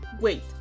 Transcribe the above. wait